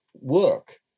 work